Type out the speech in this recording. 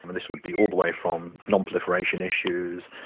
this would be all the way from non-proliferation issues,